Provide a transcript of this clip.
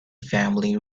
family